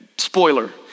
Spoiler